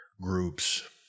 groups